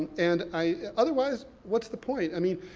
and i, otherwise, what's the point? i mean,